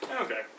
Okay